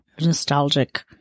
nostalgic